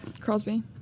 Crosby